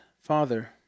father